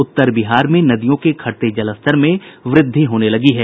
उत्तर बिहार में नदियों के घटते जलस्तर में वृद्धि होने लगी है